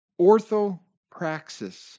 orthopraxis